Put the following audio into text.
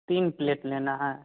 तीन प्लेट लेना है